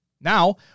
Now